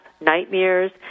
nightmares